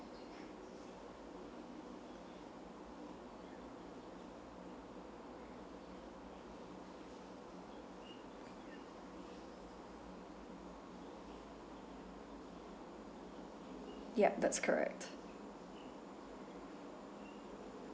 ya that's correct